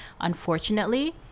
Unfortunately